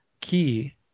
key